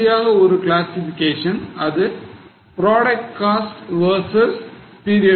இறுதியாக ஒரு கிளாசிஃபிகேஷன் அது product cost versus period costs